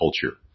culture